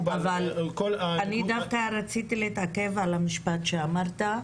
אני דווקא רציתי להתעכב על המשפט שאמרת.